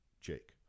Jake